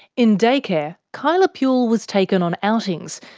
in daycare, kyla puhle was taken on outings,